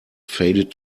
faded